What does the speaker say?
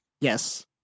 Yes